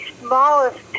smallest